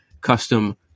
custom